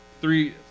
three